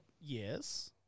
yes